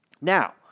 Now